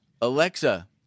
Alexa